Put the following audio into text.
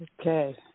Okay